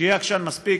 שיהיה עקשן מספיק.